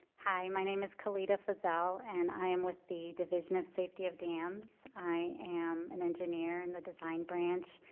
hi, my name is khalida fazel, and i am with the division of safety of dams. i am an engineer in the design branch,